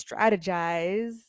strategize